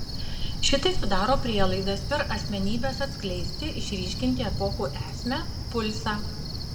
šitai sudaro prielaidas per asmenybes atskleisti išryškinti epochų esmę pulsą